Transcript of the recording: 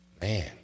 Man